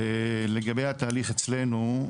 לגבי התהליך אצלנו,